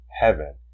heaven